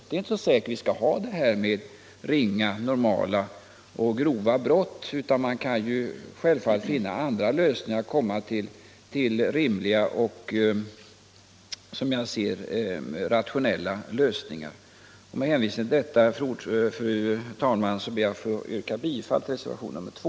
Det är inte så säkert att vi skall bibehålla indelningen i ringa, ”normala” och grova brott, utan man kan självfallet finna andra lösningar som är rimliga och rationella. Med hänvisning till detta, fru talman, ber jag att få yrka bifall till reservationen 2.